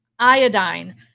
Iodine